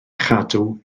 chadw